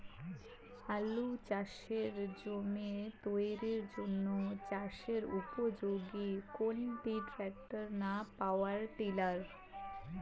আলু চাষের জমি তৈরির জন্য চাষের উপযোগী কোনটি ট্রাক্টর না পাওয়ার টিলার?